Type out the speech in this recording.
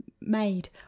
made